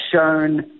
shown